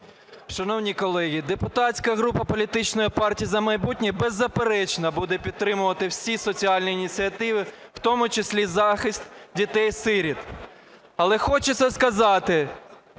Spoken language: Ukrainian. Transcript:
Шановні колеги, депутатська група політичної партії "За майбутнє" беззаперечно буде підтримувати всі соціальні ініціативи, в тому числі захист дітей-сиріт. Але хочеться сказати,